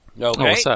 Okay